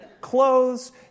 clothes